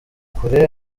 kure